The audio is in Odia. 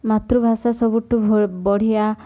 ମାତୃଭାଷା ସବୁଠୁ ବଢ଼ିଆ